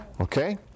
Okay